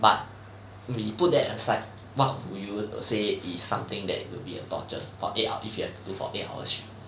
but we put that aside what will you say is something that would be a torture for eight if you have to do for eight hours straight